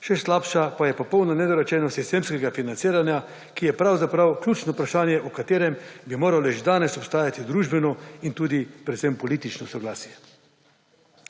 Še slabša pa je popolna nedorečenost sistemskega financiranja, ki je pravzaprav ključno vprašanje, o katerem bi morale že danes obstajati družbeno in tudi predvsem politično soglasje.